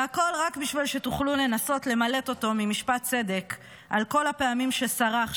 והכול רק בשביל שתוכלו לנסות למלט אותו ממשפט צדק על כל הפעמים שסרח,